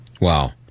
Wow